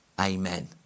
Amen